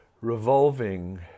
revolving